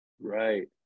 Right